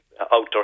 outdoor